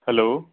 hello